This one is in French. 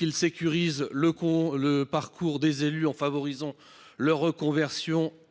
il sécurise le parcours des élus en favorisant leur reconversion